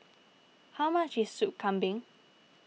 how much is Soup Kambing